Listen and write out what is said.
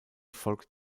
folgt